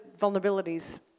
vulnerabilities